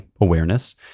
awareness